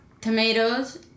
Tomatoes